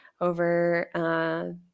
Over